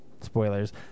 spoilers